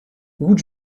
would